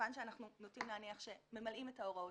מכיוון שאנחנו נוטים להניח שממלאים אחר ההוראות